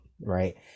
right